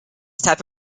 type